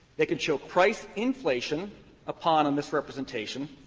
they can show price inflation upon a misrepresentation,